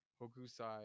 Hokusai